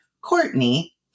Courtney